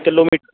kilometer